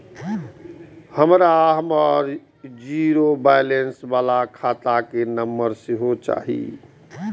हमरा हमर zero balance बाला खाता के नम्बर सेहो चाही